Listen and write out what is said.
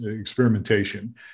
experimentation